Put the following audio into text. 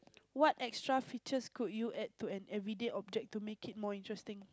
what extra features could you add to an everyday object to make it more interesting